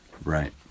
right